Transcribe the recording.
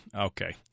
okay